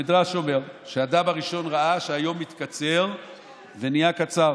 המדרש אומר שהאדם הראשון ראה שהיום מתקצר ונהיה קצר.